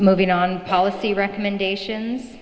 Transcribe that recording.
moving on policy recommendations